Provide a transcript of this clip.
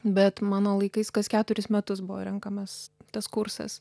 bet mano laikais kas keturis metus buvo renkamas tas kursas